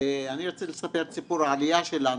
אני רוצה לספר את סיפור העלייה שלנו,